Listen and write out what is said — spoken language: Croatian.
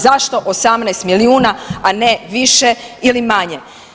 Zašto 18 milijuna, a ne više ili manje?